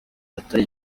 atari